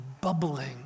bubbling